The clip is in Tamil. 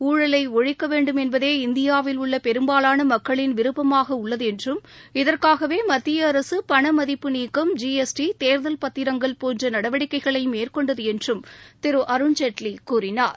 ஊழலை ஒழிக்க வேண்டும் என்பதே இந்தியாவில் உள்ள பெரும்பாலான மக்களின் விருப்பமாக உள்ளது என்றும் இதற்காகவே மத்திய அரசு பண மதிப்பு நீக்கம் ஜிஎஸ்டி தேர்தல் பத்திரங்கள் போன்ற நடவடிக்கைகளை மேற்கொண்டது என்றும் திரு அருண்ஜேட்லி கூறினார்